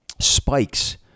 spikes